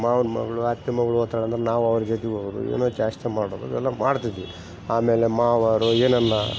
ಮಾವನ ಮಗಳು ಅತ್ತೆ ಮಗಳು ಹೋತಳ್ ಅಂದರೆ ನಾವು ಅವ್ರ ಜೊತೆಗ್ ಹೋಗಬೇಕು ಏನೋ ಚೇಷ್ಟೆ ಮಾಡೋದು ಇವೆಲ್ಲಾ ಮಾಡ್ತಿದ್ವಿ ಆಮೇಲೆ ಮಾವಾರು ಏನಾನ್ನ